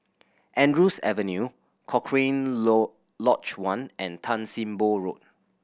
Andrews Avenue Cochrane Lodge One and Tan Sim Boh Road